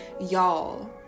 y'all